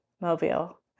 Mobile